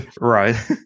right